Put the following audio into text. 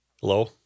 Hello